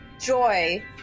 Joy